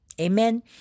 Amen